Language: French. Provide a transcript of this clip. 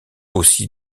aussi